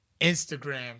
Instagram